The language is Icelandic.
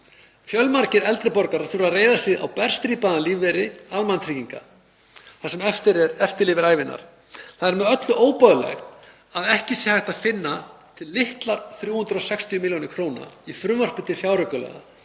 Fjölmargir eldri borgarar þurfa að reiða sig á berstrípaðan lífeyri almannatrygginga það sem eftir lifir ævinnar. Það er með öllu óboðlegt að ekki sé hægt að finna til litlar 360 millj. kr. í frumvarp til fjáraukalaga